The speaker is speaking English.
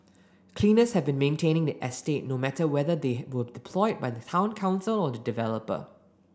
cleaners have been maintaining the estate no matter whether they were deployed by the Town Council or the developer